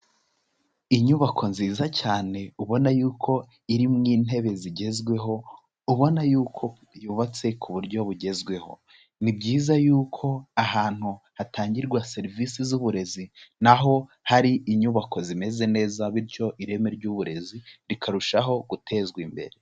Inyubako nziza cyane, ubona yuko irimo intebe zigezweho ubona y'uko yubatse ku buryo bugezweho, ni byiza yuko ahantu hatangirwa serivisi z'uburezi, naho hari inyubako zimeze neza, bityo ireme ry'uburezi rikarushaho gutezwa imbere.